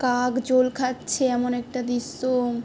কাক জল খাচ্ছে এমন একটা দৃশ্য